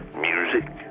music